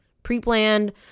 pre-planned